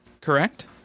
Correct